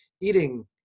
eating